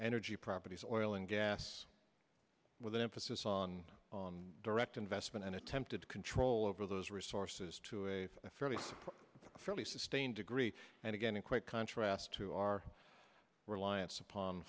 energy properties oil and gas with an emphasis on on direct investment and attempted control over those resources to a fairly fairly sustained degree and again in quite contrast to our reliance upon